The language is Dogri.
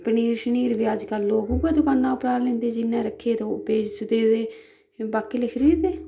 पनीर शनीर बी अजकल लोक ओह्बी दकाना उप्परा दा लैंदे ते जि'नें रक्खे दे ओह् बेचदे ते बाकी आह्ले खरीद'दे